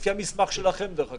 לפי המסמך שלכם דרך אגב,